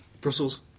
Brussels